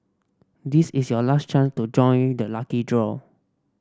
this is your last chance to join the lucky draw